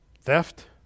theft